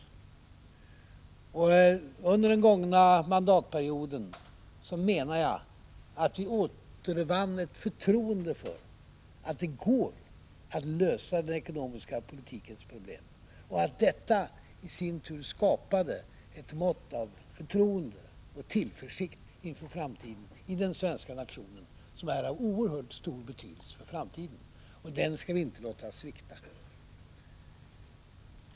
Jag menar att under den gångna mandatperioden återvann vi ett förtroende för att det går att lösa den ekonomiska politikens problem, och detta i sin tur skapade ett mått av förtroende och tillförsikt inför framtiden i den svenska nationen som är av oerhört stor betydelse. Detta förtroende skall vi inte låta svikta.